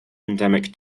endemic